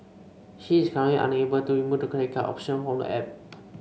she is currently unable to remove the credit card option from the app